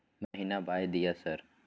महीना बाय दिय सर?